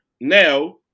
now